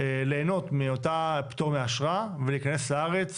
ליהנות מאותו פטור מאשרה ולהיכנס לארץ